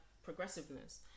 progressiveness